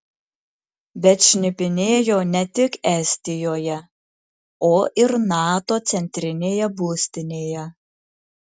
bet šnipinėjo ne tik estijoje o ir nato centrinėje būstinėje